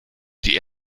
die